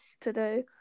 today